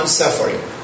suffering